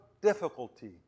difficulty